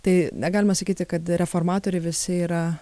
tai negalima sakyti kad reformatoriai visi yra